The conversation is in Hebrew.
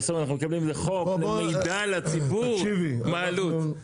בסוף אנחנו מקבלים איזה חוק של מידע לציבור מה העלות.